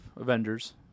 Avengers